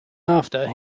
after